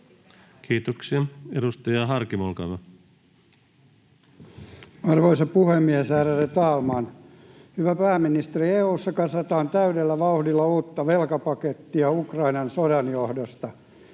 Kiitoksia. — Edustaja Harkimo, olkaa hyvä. Arvoisa puhemies! Ärade talman! Hyvä pääministeri, EU:ssa kasataan täydellä vauhdilla uutta velkapakettia Ukrainan sodan johdosta.